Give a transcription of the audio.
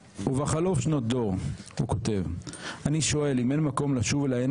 "ובחלוף שנות דור אני שואל אם אין מקום לשוב ולעיין